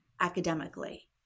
academically